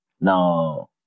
Now